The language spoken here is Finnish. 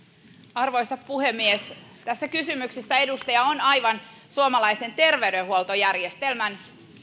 arvoisa puhemies tässä kysymyksessä edustaja on aivan suomalaisen terveydenhuoltojärjestelmän